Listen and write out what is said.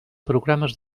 programes